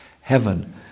heaven